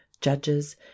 judges